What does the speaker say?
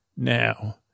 Now